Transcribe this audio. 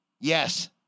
Yes